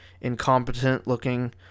incompetent-looking